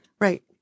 Right